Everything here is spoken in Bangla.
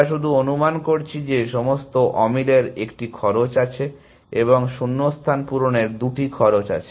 আমরা শুধু অনুমান করছি যে সমস্ত অমিলের 1 টি খরচ আছে এবং শূন্যস্থান পূরণের 2 টি খরচ আছে